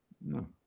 No